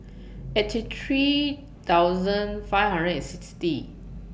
eighty three thousand five hundred and sixty